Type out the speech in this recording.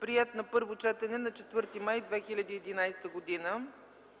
приет на първо четене на 4 май 2011 г.